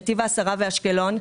בנתיב העשרה ובאשקלון,